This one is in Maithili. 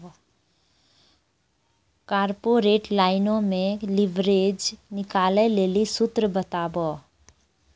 कॉर्पोरेट लाइनो मे लिवरेज निकालै लेली सूत्र बताबो